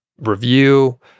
review